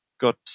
got